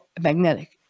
magnetic